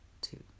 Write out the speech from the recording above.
two